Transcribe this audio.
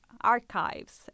archives